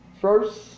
first